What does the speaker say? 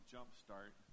Jumpstart